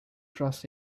trust